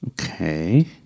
Okay